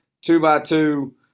two-by-two